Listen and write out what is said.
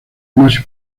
más